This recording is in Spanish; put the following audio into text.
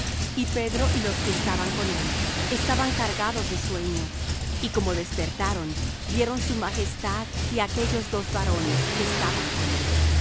y pedro y los que estaban con él estaban cargados de sueño y como despertaron vieron su majestad y á aquellos dos varones que estaban con él